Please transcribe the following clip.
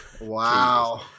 wow